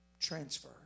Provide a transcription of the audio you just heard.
transfer